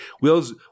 wills